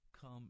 come